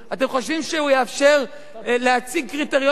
אתם חושבים שהוא יאפשר להציג קריטריון של